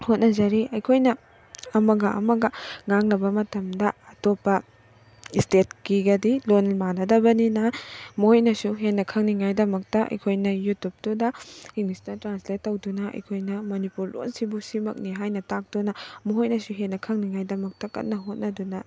ꯍꯣꯠꯅꯖꯔꯤ ꯑꯩꯈꯣꯏꯅ ꯑꯃꯒ ꯑꯃꯒ ꯉꯥꯡꯅꯕ ꯃꯇꯝꯗ ꯑꯇꯣꯞꯄ ꯏꯁꯇꯦꯠꯀꯤꯒꯗꯤ ꯂꯣꯟ ꯃꯥꯟꯅꯗꯕꯅꯤꯅ ꯃꯣꯏꯅꯁꯨ ꯍꯦꯟꯅ ꯈꯪꯅꯤꯡꯉꯥꯏꯗꯃꯛꯇ ꯑꯩꯈꯣꯏꯅ ꯌꯨꯇꯨꯕꯇꯨꯗ ꯏꯪꯂꯤꯁꯇꯥ ꯇ꯭ꯔꯥꯟꯁꯂꯦꯠ ꯇꯧꯗꯨꯅ ꯑꯩꯈꯣꯏꯅ ꯃꯅꯤꯄꯨꯔ ꯂꯣꯜꯁꯤꯕꯨ ꯁꯤꯃꯛꯅꯤ ꯍꯥꯏꯅ ꯇꯥꯛꯇꯨꯅ ꯃꯈꯣꯏꯅꯁꯨ ꯍꯦꯟꯅ ꯈꯪꯅꯤꯡꯉꯥꯏꯗꯃꯛꯇ ꯀꯟꯅ ꯍꯣꯠꯅꯗꯨꯅ